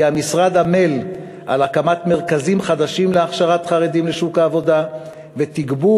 המשרד עמל על הקמת מרכזים חדשים להכשרת חרדים לשוק העבודה ותגבור